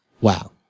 Wow